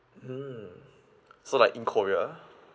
mm so like in korea